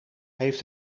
heeft